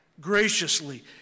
graciously